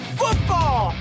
football